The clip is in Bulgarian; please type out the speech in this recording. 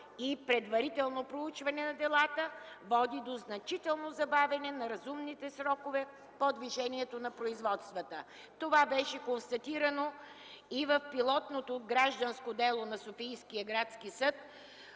и предварително проучване на делата, води и до значително забавяне на разумните срокове по движението на производствата. Това беше констатирано и в пилотното гражданско дело на Софийския градски съд